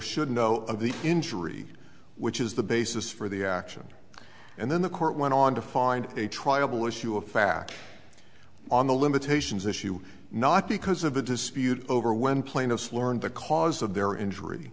should know of the injury which is the basis for the action and then the court went on to find a triable issue of fact on the limitations issue not because of a dispute over when plaintiffs learned the cause of their injury